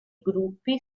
gruppi